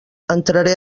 entraré